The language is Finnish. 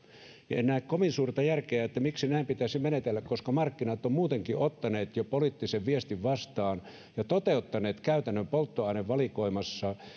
en näe kovin suurta järkeä miksi näin pitäisi menetellä koska markkinat ovat muutenkin ottaneet jo poliittisen viestin vastaan ja toteuttaneet käytännön polttoainevalikoimassa